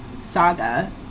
saga